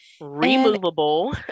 removable